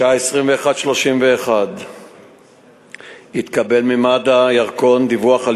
בשעה 21:31 התקבל ממד"א ירקון דיווח על